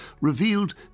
revealed